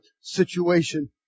situation